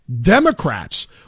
Democrats